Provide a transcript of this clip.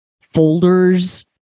folders